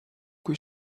kui